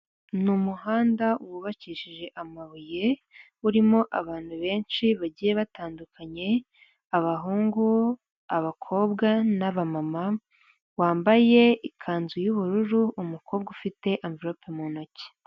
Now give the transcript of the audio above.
Ni umuhanda wubakishije amabuye, urimo abantu benshi bagiye batandukanye, abahungu, abakobwa, n'abamama, wambaye ikanzu y'ubururu, umukobwa ufite amvelope mu ntoki.